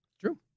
True